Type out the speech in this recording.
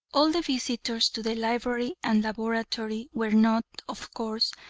all the visitors to the library and laboratory were not, of course,